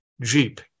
Jeep